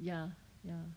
ya ya